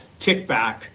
kickback